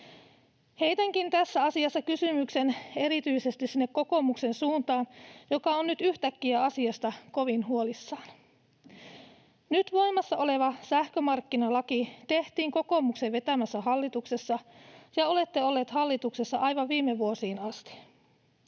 Heitänkin tässä asiassa kysymyksen erityisesti sinne kokoomuksen suuntaan, joka on nyt yhtäkkiä asiasta kovin huolissaan: Nyt voimassa oleva sähkömarkkinalaki tehtiin kokoomuksen vetämässä hallituksessa, ja olette olleet hallituksessa aivan viime vuosiin asti.